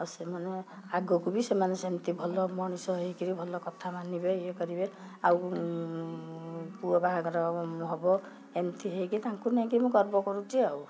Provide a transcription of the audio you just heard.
ଆଉ ସେମାନେ ଆଗକୁ ବି ସେମାନେ ସେମିତି ଭଲ ମଣିଷ ହେଇକରି ଭଲ କଥା ମାନିବେ ଇଏ କରିବେ ଆଉ ପୁଅ ବାହାଘର ହବ ଏମିତି ହେଇକି ତାଙ୍କୁ ନେଇକି ମୁଁ ଗର୍ବ କରୁଛି ଆଉ